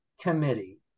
committee